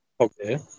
Okay